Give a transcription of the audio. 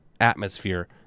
atmosphere